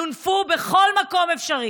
יונפו בכל מקום אפשרי.